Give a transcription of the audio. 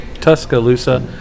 Tuscaloosa